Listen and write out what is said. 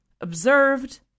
observed